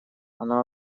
оно